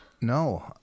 No